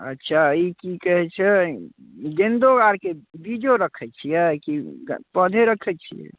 अच्छा ई की कहैत छै गेन्दो आरके बीजो रखैत छियै की पौधे रखैत छियै